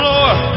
Lord